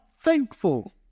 thankful